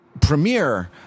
premiere